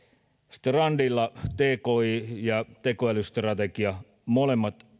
strandilla oli tki ja tekoälystrategia molemmat ovat